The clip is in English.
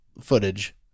footage